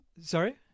Sorry